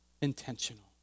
intentional